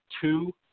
two